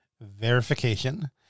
verification